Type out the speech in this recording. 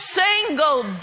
single